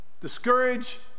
Discourage